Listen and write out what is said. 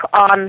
on